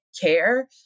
care